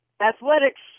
athletics